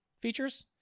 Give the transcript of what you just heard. features